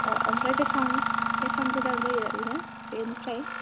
अ ओमफ्राय बेसेबां बेसेबां गोजान जायो बेयो बेनिफ्राय